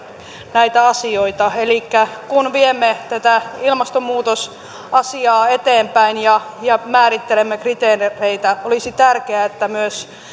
näitä asioita elikkä kun viemme tätä ilmastonmuutosasiaa eteenpäin ja ja määrittelemme kriteereitä olisi tärkeää että myös